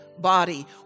body